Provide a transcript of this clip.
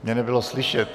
Mě nebylo slyšet.